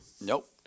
Nope